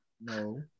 No